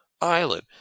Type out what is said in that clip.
island